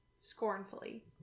scornfully